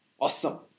Awesome